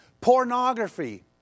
pornography